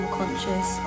conscious